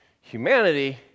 humanity